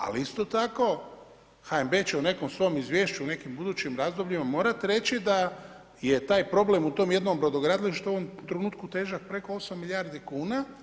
Ali isto tako, HNB će u nekom svom izvješću, u nekim budućim razdobljima morati reći da je taj problem u tom jednom brodogradilištu u ovom trenutku težak preko 8 milijardi kuna.